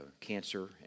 cancer